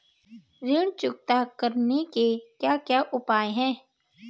ऋण चुकता करने के क्या क्या उपाय हैं?